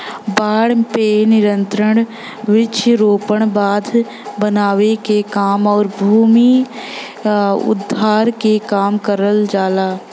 बाढ़ पे नियंत्रण वृक्षारोपण, बांध बनावे के काम आउर भूमि उद्धार के काम करल जाला